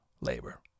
labor